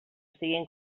estiguin